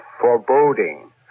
foreboding